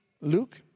Luke